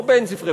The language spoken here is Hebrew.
לא בין ספרי,